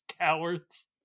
cowards